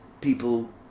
people